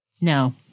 No